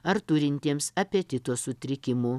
ar turintiems apetito sutrikimų